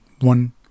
one